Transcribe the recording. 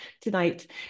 tonight